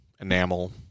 enamel